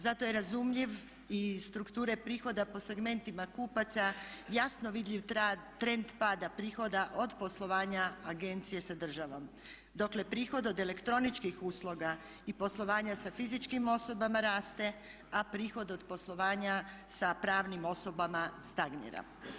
Zato je razumljiv i iz strukture prihoda po segmentima kupaca jasno vidljiv trend pada prihoda od poslovanja agencije sa državom, dokle prihod od elektroničkih usluga i poslovanja sa fizičkim osobama raste, a prihod od poslovanja sa pravnim osobama stagnira.